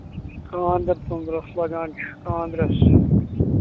خانٛدرس تونٛدرَس لگان چھُ خانٛدرَس